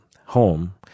home